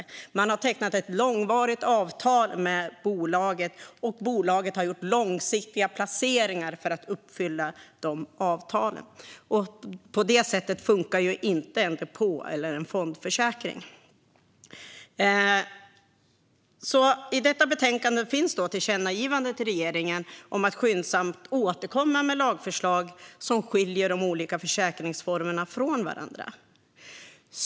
Kunderna har tecknat långvariga avtal med bolaget, och bolaget har gjort långsiktiga placeringar för att uppfylla de avtalen. På det sättet funkar inte en depå eller en fondförsäkring. I detta betänkande föreslås alltså ett tillkännagivande till regeringen om att skyndsamt återkomma med lagförslag som skiljer de olika försäkringsformerna från varandra.